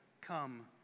come